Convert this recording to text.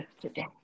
today